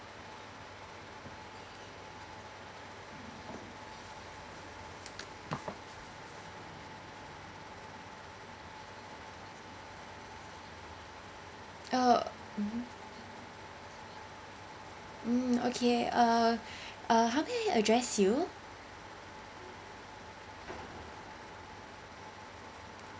uh mmhmm mm okay uh uh how may I address you